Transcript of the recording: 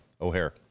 O'Hare